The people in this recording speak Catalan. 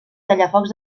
tallafocs